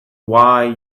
why